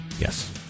Yes